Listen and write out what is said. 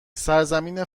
سرزمین